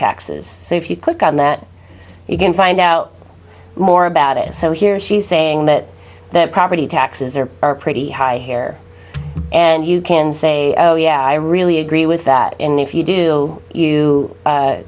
taxes so if you click on that you can find out more about it so here she's saying that the property taxes are pretty high here and you can say oh yeah i really agree with that and if you do you